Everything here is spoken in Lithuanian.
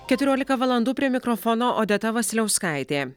keturiolika valandų prie mikrofono odeta vasiliauskaitė